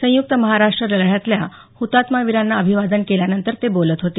संयुक्त महाराष्ट्र लढ्यातल्या हुतात्मा वीरांना अभिवादन केल्यानंतर ते बोलत होते